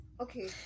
okay